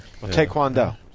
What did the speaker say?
Taekwondo